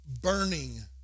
burning